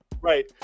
right